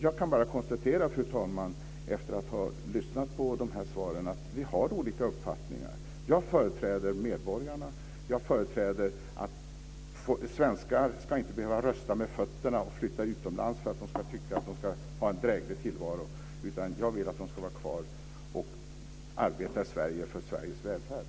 Jag kan bara konstatera, fru talman, efter att ha lyssnat på de här svaren att vi har olika uppfattningar. Jag företräder medborgarna. Jag företräder att svenskar inte ska behöva rösta med fötterna och flytta utomlands för att få en, som de tycker, dräglig tillvaro. Jag vill att de ska vara kvar och arbeta i Sverige för Sveriges välfärd.